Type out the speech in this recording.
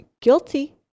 guilty